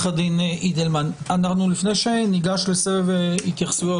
לפני שניגש לסבב התייחסויות,